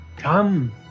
come